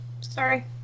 sorry